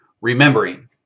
Remembering